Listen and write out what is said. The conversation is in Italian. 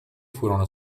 furono